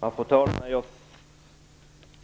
Fru talman! Jag